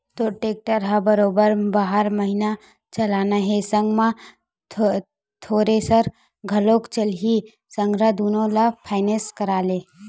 तोर टेक्टर ह तो बरोबर बारह महिना चलना हे संग म थेरेसर घलोक चलही संघरा दुनो ल फायनेंस करा ले